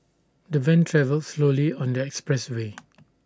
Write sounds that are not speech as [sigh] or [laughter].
the van travelled slowly on the expressway [noise]